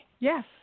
Yes